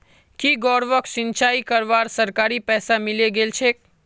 की गौरवक सिंचाई करवार सरकारी पैसा मिले गेल छेक